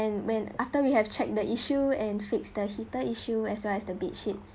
and when after we have check the issue and fix the heater issue as well as the bedsheet